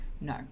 No